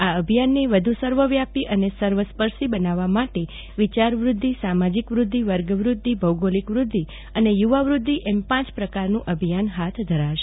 આ અભિયાનને વધ સર્વ વ્યાપી અન સર્વસ્પર્શી બનાવવા માટે વિચાર વધ્ધિ સામાજીક વધ્ધિ વર્ગ વધ્ધિ ભોગોલિક વ્રધ્ધિ એ યુવા વ્રઘ્ધિ એમ પાંચ પ્રકારનું અભિયાન હાથ ધરાશ